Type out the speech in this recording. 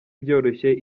byoroshye